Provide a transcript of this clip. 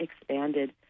expanded